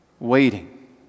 Waiting